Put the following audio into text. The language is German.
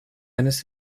eines